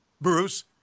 Bruce